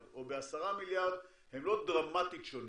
או בעשרה מיליארד הם לא דרמטית שונים.